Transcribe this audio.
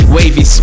Wavy